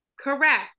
Correct